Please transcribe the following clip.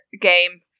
game